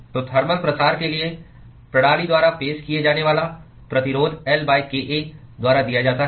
तो थर्मल प्रसार के लिए प्रणाली द्वारा पेश किया जाने वाला प्रतिरोध L kA द्वारा दिया जाता है